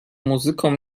muzyką